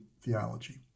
theology